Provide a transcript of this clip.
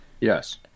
Yes